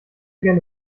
gerne